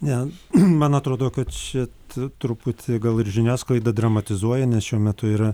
ne man atrodo kad čia truputį gal ir žiniasklaida dramatizuoja nes šiuo metu yra